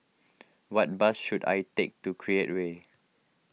what bus should I take to Create Way